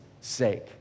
sake